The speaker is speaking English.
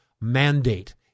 Mandate